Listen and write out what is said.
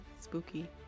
spooky